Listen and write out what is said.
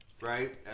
right